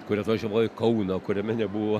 kuri atvažiavo į kauną kuriame nebuvo